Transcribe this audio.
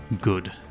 Good